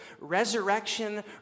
resurrection